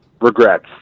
regrets